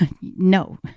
no